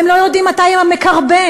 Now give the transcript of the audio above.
והם לא יודעים מתי הם המקרבן.